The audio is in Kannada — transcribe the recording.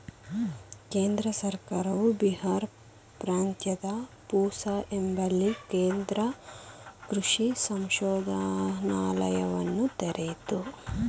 ಕೇಂದ್ರ ಸರ್ಕಾರವು ಬಿಹಾರ್ ಪ್ರಾಂತ್ಯದ ಪೂಸಾ ಎಂಬಲ್ಲಿ ಕೇಂದ್ರ ಕೃಷಿ ಸಂಶೋಧನಾಲಯವನ್ನ ತೆರಿತು